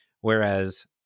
Whereas